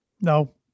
No